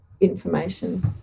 information